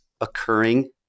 occurring